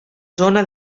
zona